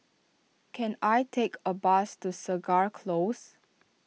can I take a bus to Segar Close